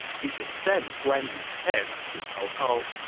you should send guan yu's head to cao cao.